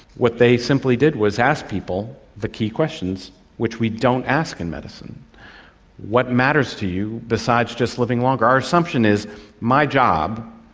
what they simply did was ask people the key questions which we don't ask in medicine what matters to you besides just living longer? our assumption is my job,